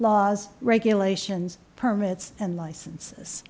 laws regulations permits and licenses